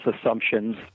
assumptions